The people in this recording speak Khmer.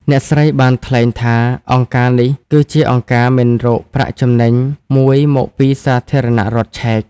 អ្នកស្រីបានថ្លែងថា អង្គការនេះគឺជាអង្គការមិនរកប្រាក់ចំណេញមួយមកពីសាធារណរដ្ឋឆែក។